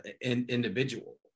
individual